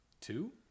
Two